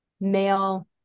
male